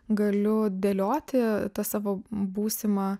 galiu dėlioti tą savo būsimą